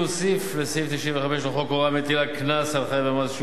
להוסיף לסעיף 95 לחוק הוראה המטילה קנס על חייב במס שהוא